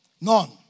None